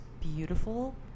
beautiful